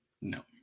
No